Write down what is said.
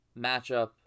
matchup